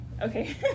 okay